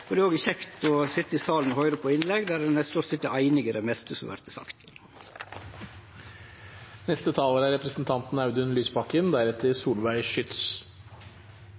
dei. Det er òg kjekt å sitje i salen og høyre på innlegg der ein stort sett er einig i det meste som vert sagt. Meldingen vi har til behandling, synes jeg er